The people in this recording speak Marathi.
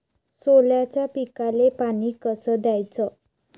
सोल्याच्या पिकाले पानी कस द्याचं?